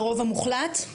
הרוב המוחלט?